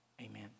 Amen